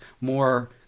more